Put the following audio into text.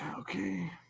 okay